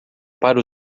para